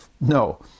No